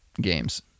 games